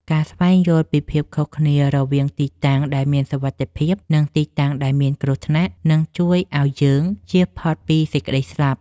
ការស្វែងយល់ពីភាពខុសគ្នារវាងទីតាំងដែលមានសុវត្ថិភាព និងទីតាំងដែលមានគ្រោះថ្នាក់នឹងជួយឱ្យយើងជៀសផុតពីសេចក្តីស្លាប់។